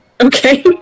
Okay